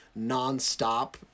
nonstop